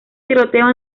tiroteo